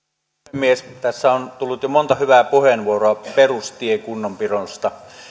puhemies tässä on tullut jo monta hyvää puheenvuoroa perustien kunnossapidosta